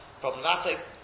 problematic